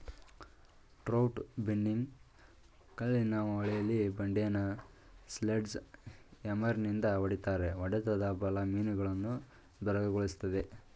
trout ಬಿನ್ನಿಂಗ್ ಕಲ್ಲಿನ ಹೊಳೆಲಿ ಬಂಡೆನ ಸ್ಲೆಡ್ಜ್ ಹ್ಯಾಮರ್ನಿಂದ ಹೊಡಿತಾರೆ ಹೊಡೆತದ ಬಲ ಮೀನುಗಳನ್ನು ಬೆರಗುಗೊಳಿಸ್ತದೆ